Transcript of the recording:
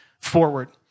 forward